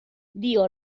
dio